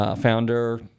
founder